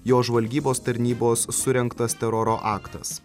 jos žvalgybos tarnybos surengtas teroro aktas